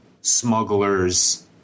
smuggler's